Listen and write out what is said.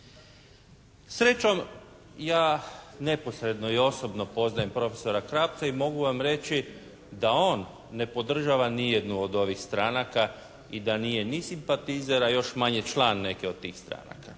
Srećom ja neposredno i osobno poznajem profesora Krapca i mogu vam reći da on ne podržava ni jednu od ovih stranaka i da nije ni simpatizer a još manje član neke od tih stranaka.